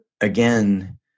again